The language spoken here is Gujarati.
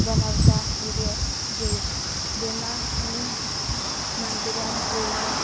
બનાવતા વિડીયો જોયા જેમાં હું મન્ચુરિયન પુલાવ